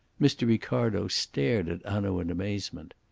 mr. ricardo stared at hanaud in amazement.